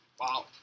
Wow